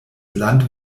land